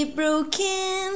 broken